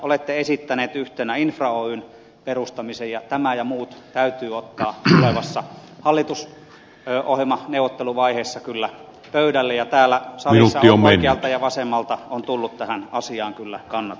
olette esittänyt yhtenä infra oyn perustamisen ja tämä ja muut täytyy ottaa tulevassa hallitusohjelmaneuvotteluvaiheessa kyllä pöydälle ja täällä salissa oikealta ja vasemmalta on tullut tähän asiaan kyllä kannatusta